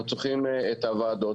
אנחנו צריכים את הוועדות,